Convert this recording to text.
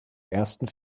ersten